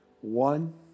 One